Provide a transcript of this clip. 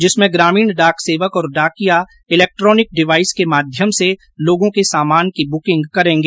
जिसमें ग्रामीण डाक सेवक और डाकिया इलेक्ट्रोनिक डिवाइस के माध्यम से लोगों के सामान की बुकिंग करेंगा